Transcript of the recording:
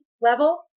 level